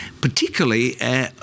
particularly